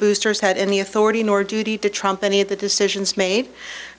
boosters had any authority nor duty to trump any of the decisions made